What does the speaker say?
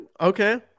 okay